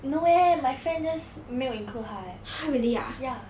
no eh my friend just 没有 include 他 eh ya